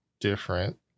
different